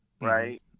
right